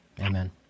amen